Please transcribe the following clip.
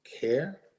care